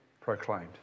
proclaimed